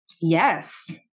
Yes